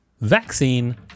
Vaccine